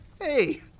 Hey